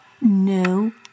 no